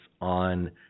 on